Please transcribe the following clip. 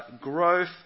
growth